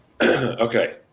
Okay